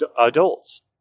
adults